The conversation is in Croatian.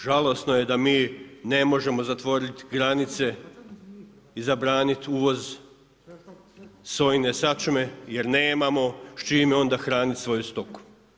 Žalosno je da mi ne možemo zatvoriti granice i zabraniti uvoz sojine sačme jer nemamo s čime onda hraniti svoju stoku.